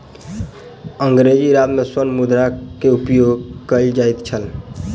अंग्रेजी राज में स्वर्ण मुद्रा के उपयोग कयल जाइत छल